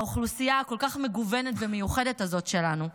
באוכלוסייה הכל-כך מגוונת והמיוחדת הזאת שלנו,